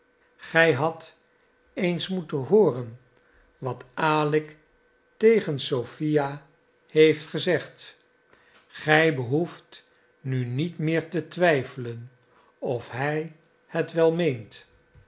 gij hadt eens moeten hooren wat alick tegen sophia heeft gezegd gij behoeft nu niet meer te twijfelen of hij het wel meent